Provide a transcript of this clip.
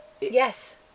yes